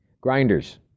Grinders